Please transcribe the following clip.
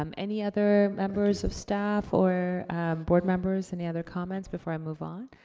um any other members of staff or board members? any other comments before i move on?